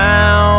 Now